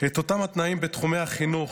את אותם התנאים בתחומי החינוך,